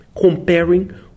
comparing